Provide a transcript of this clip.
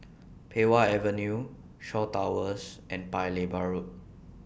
Pei Wah Avenue Shaw Towers and Paya Lebar Road